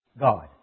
God